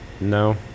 no